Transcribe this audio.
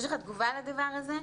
יש לך תגובה לדבר הזה?".